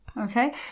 Okay